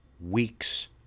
weeks